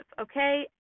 okay